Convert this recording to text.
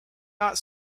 not